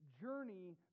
journey